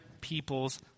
people's